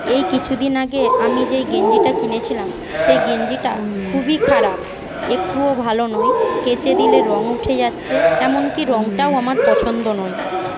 এই কিছুদিন আগে আমি যেই গেঞ্জিটা কিনেছিলাম সেই গেঞ্জিটা খুবই খারাপ একটুও ভালো নয় কেচে দিলে রঙ উঠে যাচ্ছে এমনকি রঙটাও আমার পছন্দ নয়